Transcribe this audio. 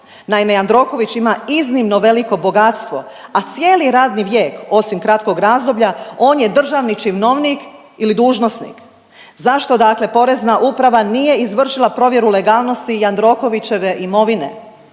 Naime, Jandroković ima iznimno veliko bogatstvo, a cijeli radni vijek osim kratkog razdoblja, on je državni činovnik ili dužnosnik. Zašto dakle Porezna uprava nije izvršila provjeru legalnosti Jandrokovićeve imovine?